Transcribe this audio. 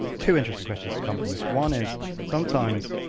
two interesting questions come from this, one is sometimes,